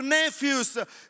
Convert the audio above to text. nephews